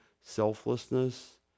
selflessness